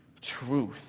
truth